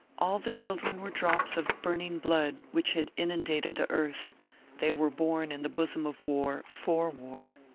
all the children were drops of burning blood which had inundated the earth they were born in the bosom of war, for war.